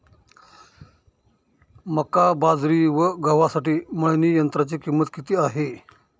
मका, बाजरी व गव्हासाठी मळणी यंत्राची किंमत किती आहे?